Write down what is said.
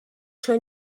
چون